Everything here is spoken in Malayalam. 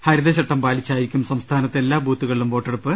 ഹരിതചട്ടം പാലിച്ചായിരിക്കും സംസ്ഥാനത്ത് എല്ലാ ബൂത്തുക ളിലും വോട്ടെടുപ്പ്